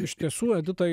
iš tiesų edita